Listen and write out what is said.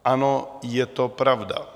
Ano, je to pravda.